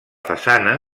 façana